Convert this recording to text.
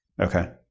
Okay